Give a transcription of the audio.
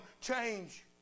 change